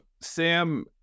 Sam